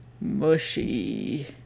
mushy